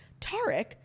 Tarek